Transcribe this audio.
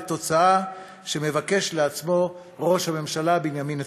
לתוצאה שמבקש לעצמו ראש הממשלה בנימין נתניהו.